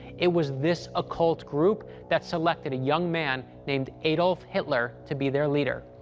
it was this occult group that selected a young man named adolf hitler to be their leader.